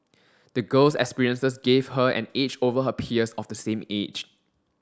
the girl's experiences gave her an edge over her peers of the same age